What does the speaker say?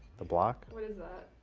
the block? what is that?